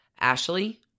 Ashley